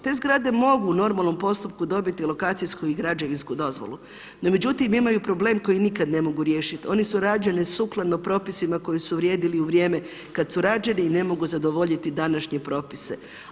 Te zgrade mogu u normalnom postupku dobiti lokacijsku i građevinsku dozvolu, no međutim imaju problem koji nikad ne mogu riješiti, one su rađene sukladno propisima koji su vrijedili u vrijeme kad su rađeni i ne mogu zadovoljiti današnje propise.